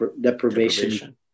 deprivation